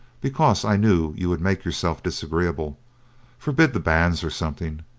because i knew you would make yourself disagreeable forbid the banns, or something,